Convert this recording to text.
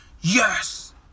Yes